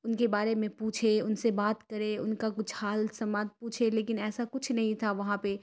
ان کے بارے میں پوچھے ان سے بات کرے ان کا کچھ حال سماد پوچھے لیکن ایسا کچھ نہیں تھا وہاں پہ